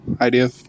idea